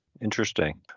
Interesting